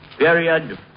period